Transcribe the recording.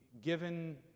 given